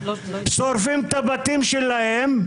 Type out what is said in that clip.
שורפים את הבתים שלהם.